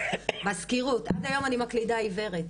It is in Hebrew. מזכירות, עד היום אני מקלידה עיוורת.